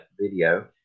video